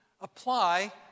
apply